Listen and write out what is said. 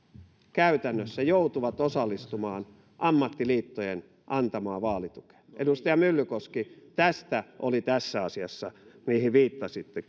käytännössä joutuvat osallistumaan ammattiliittojen antamaan vaalitukeen edustaja myllykoski tästä oli kyse tässä asiassa mihin viittasitte